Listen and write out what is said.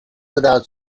without